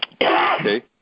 Okay